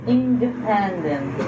independent